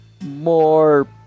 more